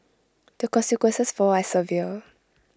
the consequences for are severe